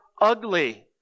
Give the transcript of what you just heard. ugly